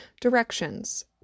Directions